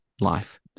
life